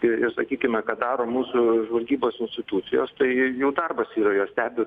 ir ir sakykime ką daro mūsų žvalgybos institucijos tai jų darbas yra jos stebi